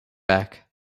back